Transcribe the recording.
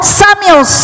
samuel